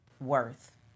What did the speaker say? worth